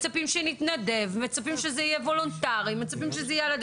מצפים שנתנדב; שזה יהיה על הדרך.